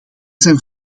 zijn